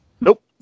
Nope